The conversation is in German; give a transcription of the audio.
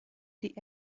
die